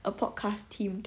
a podcast themed